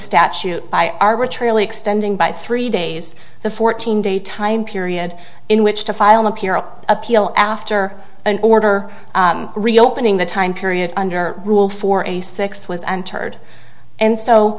statute by arbitrarily extending by three days the fourteen day time period in which to file a p r appeal after an order reopening the time period under rule for a six was entered and so